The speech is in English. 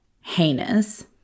heinous